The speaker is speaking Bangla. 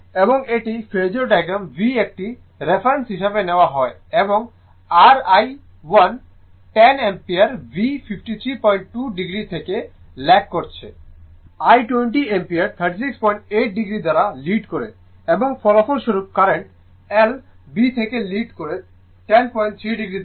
এবং এটি ফেজোর ডায়াগ্রাম V একটি রেফারেন্স হিসাবে নেওয়া হয় এবং r I 1 10 ampere V 532o থেকে ল্যাগ করছে I 20 অ্যাম্পিয়ার 368o দ্বারা লিড করে এবং ফলস্বরূপ কারেন্ট I b থেকে লিড করে 103o দ্বারা